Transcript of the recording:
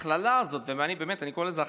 ההכללה הזאת, ובאמת, אני קורא לזה הכללה,